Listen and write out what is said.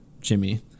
Jimmy